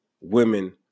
women